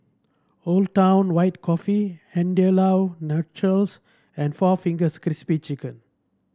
Old Town White Coffee Andalou Naturals and four Fingers Crispy Chicken